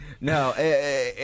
No